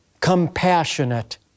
compassionate